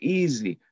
easy